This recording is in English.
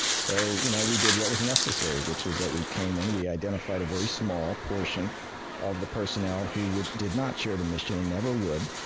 so, you know we did what was necessary, which is that we came in, we identified a very small portion of the personnel who did did not share the mission and never would,